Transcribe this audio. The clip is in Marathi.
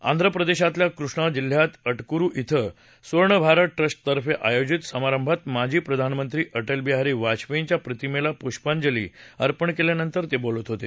आंध्र प्रदेशातल्या कृष्णा जिल्ह्यात अटकुरु ॐ स्वर्णभारत ट्रस्टतर्फे आयोजित समारंभात माजी प्रधानमंत्री अटल बिहारी वायपेयींच्या प्रतिमेला पुष्पांजली अर्पण केल्यानंतर बोलत होते